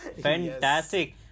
Fantastic